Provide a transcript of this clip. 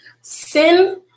Sin